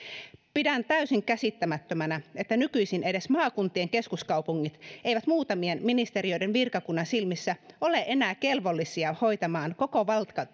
pidän täysin käsittämättömänä että nykyisin edes maakuntien keskuskaupungit eivät muutamien ministeriöiden virkakunnan silmissä ole enää kelvollisia hoitamaan koko